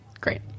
great